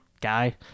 Guy